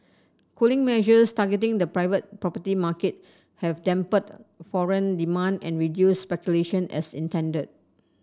cooling measures targeting the private property market have dampened foreign demand and reduced speculation as intended